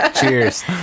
Cheers